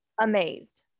amazed